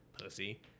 pussy